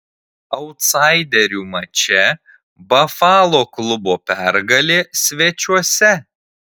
autsaiderių mače bafalo klubo pergalė svečiuose